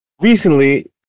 Recently